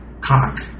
cock